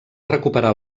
recuperar